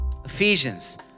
Ephesians